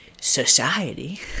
society